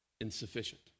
insufficient